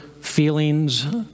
feelings